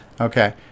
Okay